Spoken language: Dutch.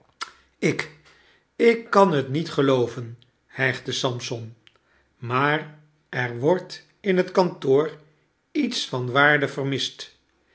ik ik kan het niet gelooven hijgde sampson maar er wordt in het kantoor iets van waarde vermist